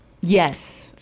yes